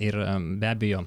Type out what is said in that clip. ir be abejo